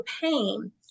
pain